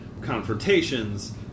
confrontations